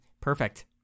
perfect